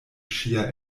ŝia